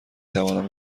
توانم